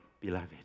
beloved